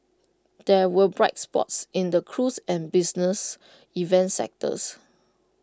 there were bright spots in the cruise and business events sectors